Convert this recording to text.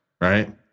right